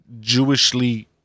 Jewishly